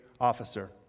officer